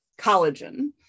collagen